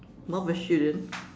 more vegetarian